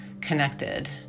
connected